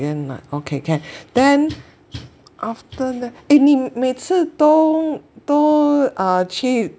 then ah okay so can then after that 你每次都都啊去